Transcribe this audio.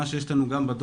מה שיש כאן בדוח,